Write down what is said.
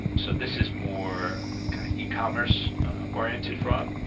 um so this is more kind of ecommerce oriented fraud.